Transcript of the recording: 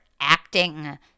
acting